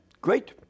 great